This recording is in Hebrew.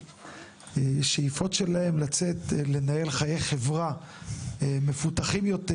והשאיפות שלהם לצאת ולנהל חיי חברה מפותחים יותר,